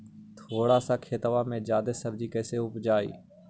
थोड़ा सा खेतबा में जादा सब्ज़ी कैसे उपजाई?